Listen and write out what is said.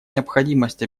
необходимость